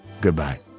Goodbye